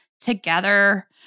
together